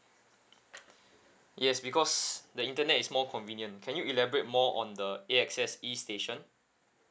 yes because the internet is more convenient can you elaborate more on the A_X_S E station